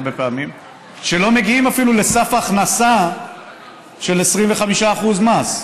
שלא מגיעים אפילו לסף ההכנסה של 25% מס.